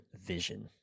vision